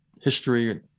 history